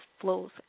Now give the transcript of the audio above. flows